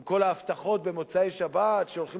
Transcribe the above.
עם כל ההבטחות במוצאי-שבת על כך שהולכים